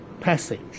passage